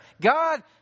God